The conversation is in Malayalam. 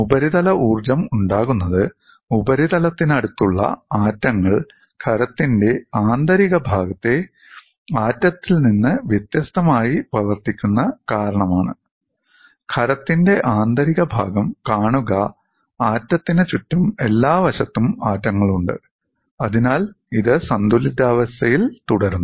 ഉപരിതല ഊർജ്ജം ഉണ്ടാകുന്നത് ഉപരിതലത്തിനടുത്തുള്ള ആറ്റങ്ങൾ ഖരത്തിന്റെ ആന്തരിക ഭാഗത്തെ ആറ്റത്തിൽ നിന്ന് വ്യത്യസ്തമായി പ്രവർത്തിക്കുന്ന കാരണമാണ് ഖരത്തിന്റെ ആന്തരികഭാഗം കാണുക ആറ്റത്തിന് ചുറ്റും എല്ലാ വശത്തും ആറ്റങ്ങളുണ്ട് അതിനാൽ ഇത് സന്തുലിതാവസ്ഥയിൽ തുടരുന്നു